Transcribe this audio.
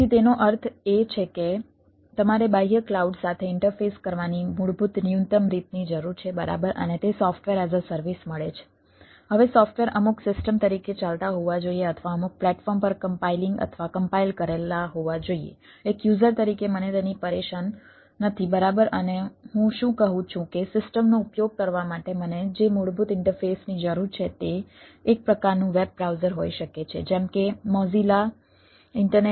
તેથી તેનો અર્થ એ છે કે તમારે બાહ્ય ક્લાઉડ સાથે ઇન્ટરફેસ અને વગેરે વગેરે